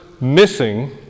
missing